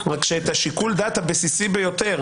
רק שאת שיקול הדעת הבסיסי ביותר